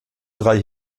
drei